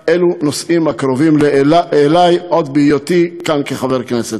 הם נושאים הקרובים אלי עוד בהיותי כאן חבר כנסת,